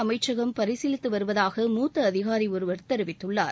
அமைச்சகம் பரிசீலித்து வருவதாக மூத்த அதிகாரி ஒருவர் தெரிவித்துள்ளார்